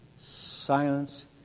silence